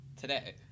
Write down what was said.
today